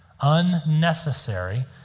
Unnecessary